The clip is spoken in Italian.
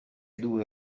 due